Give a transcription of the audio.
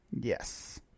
Yes